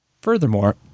furthermore